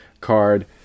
card